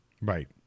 Right